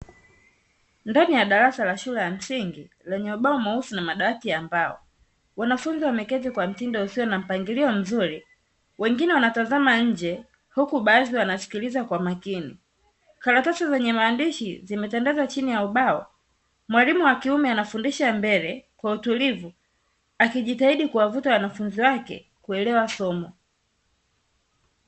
Ndani ya darasa la shule ya msingi, lenye ubao mweusi na madawati ya mbao; wanafunzi wameketi kwa mtindo usio na mpangilio mzuri. Wengine wanatazama nje, huku baadhi wanasikiliza kwa makini. Karatasi zenye maandishi zimetangaza chini ya ubao. Mwalimu wa kiume anafundisha mbele kwa utulivu akijitahidi kuwavuta wanafunzi wake kuelewa somo.